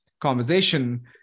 conversation